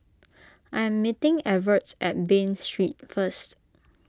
I am meeting Evert at Bain Street first